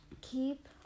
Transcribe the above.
keep